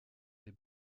des